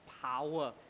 power